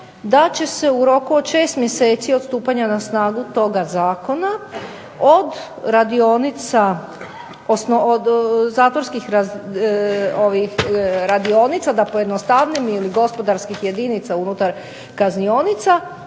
da će se u roku od 6 mjeseci od stupanja na snagu toga zakona, od radionica, od zatvorskih radionica, da pojednostavim, ili gospodarskih jedinica unutar kaznionica,